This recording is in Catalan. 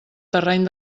terreny